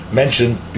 mentioned